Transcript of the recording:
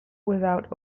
without